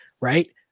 right